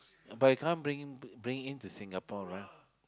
but you cannot bring in bring into Singapore right